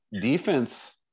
defense